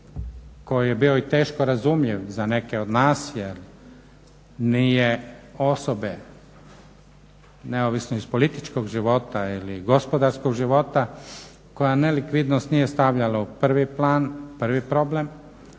koji je bio i teško razumljiv za neke od nas jer nije, osobe neovisno iz političkog života ili gospodarskog života, koja nelikvidnost nije stavljala u prvi plan, prvi problem